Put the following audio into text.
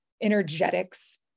energetics